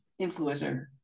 influencer